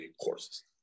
courses